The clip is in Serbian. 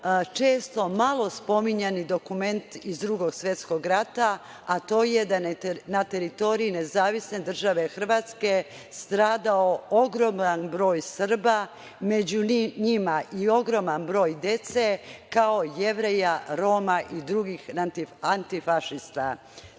često malo spominjani dokument iz Drugog svetskog rata, a to je da je na teritoriji Nezavisne Države Hrvatske stradao ogroman broj Srba, među njima i ogroman broj dece, kao i Jevreja, Roma i drugih antifašista. Takođe,